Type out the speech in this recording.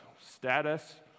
status